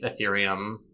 Ethereum